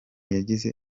yagize